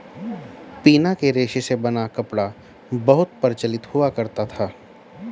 पिना के रेशे से बना कपड़ा बहुत प्रचलित हुआ करता था